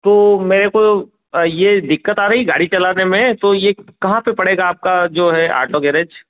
तो मेरे को ये दिक्कत आ रही गाड़ी चलाने में तो यह कहाँ पर पड़ेगा आपका जो है आटो गैरेज